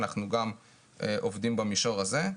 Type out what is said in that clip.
אנחנו גם עובדים במישור הזה,